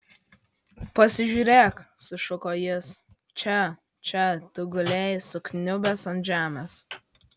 pasižiūrėk sušuko jis čia čia tu gulėjai sukniubęs ant žemės